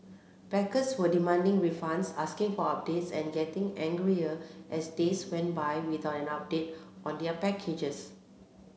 backers were demanding refunds asking for updates and getting angrier as days went by without an update on their packages